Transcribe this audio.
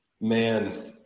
Man